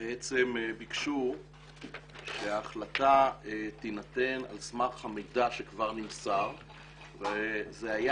ביקשו שההחלטה תינתן על סמך המידע שכבר נמסר וזה היה